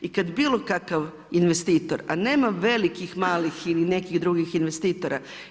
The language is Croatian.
I kada bilo kakav investitor, a nema velikih, malih ili nekih drugih investitora.